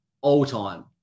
all-time